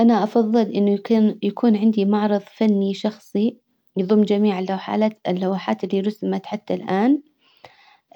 انا افضل انه يكون يكون عندي معرض فني شخصي يضم جميع اللوحات اللي رسمت حتى الان